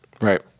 Right